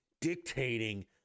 dictating